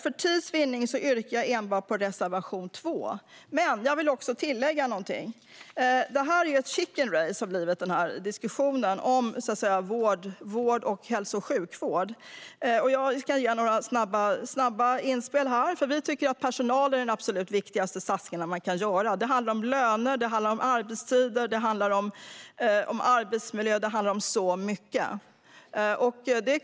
För tids vinnande yrkar jag bifall enbart till reservation 2. Jag vill dock tillägga en sak. Diskussionen om vård och hälso och sjukvård har blivit till ett chicken race. Jag ska göra några snabba inspel. Vi tycker att den absolut viktigaste satsningen man kan göra är på personalen. Det handlar om löner, arbetstider, arbetsmiljö och så mycket.